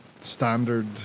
standard